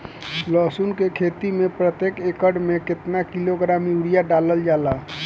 लहसुन के खेती में प्रतेक एकड़ में केतना किलोग्राम यूरिया डालल जाला?